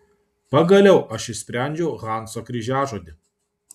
pagaliau aš išsprendžiau hanso kryžiažodį